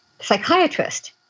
psychiatrist